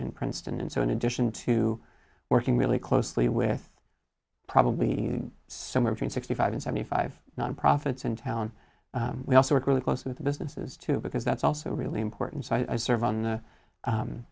in princeton and so in addition to working really closely with probably somewhere between sixty five and seventy five nonprofits in town we also work really close with the businesses too because that's also really important so i serve on the